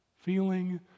feeling